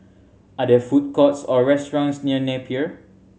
are there food courts or restaurants near Napier